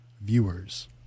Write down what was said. viewers